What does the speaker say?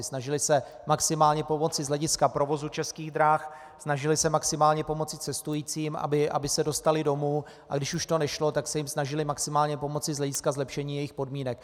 Snažili se maximálně pomoci z hlediska provozu Českých drah, snažili se maximálně pomoci cestujícím, aby se dostali domů, a když už to nešlo, tak se jim snažili maximálně pomoci z hlediska zlepšení jejich podmínek.